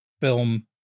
film